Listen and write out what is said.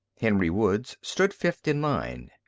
henry woods stood fifth in line.